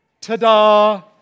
Ta-da